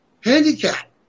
handicap